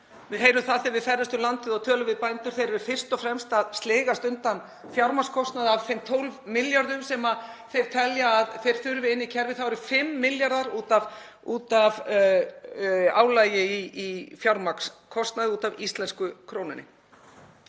Við heyrum það þegar við ferðumst um landið og tölum við bændur að þeir eru fyrst og fremst að sligast undan fjármagnskostnaði. Af þeim 12 milljörðum sem þeir telja að þeir þurfi inn í kerfið eru 5 milljarðar út af álagi fjármagnskostnaðar út af íslensku krónunni.